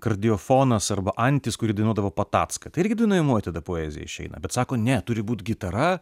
kardiofonas arba antis kuri dainuodavo patacką tai irgi dainuojamoji tada poezija išeina bet sako ne turi būt gitara